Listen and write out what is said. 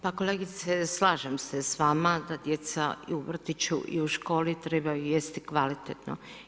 Pa kolegice slažem se s vama da djeca i u vrtiću i u školi trebaju jesti kvalitetno.